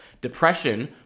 depression